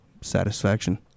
satisfaction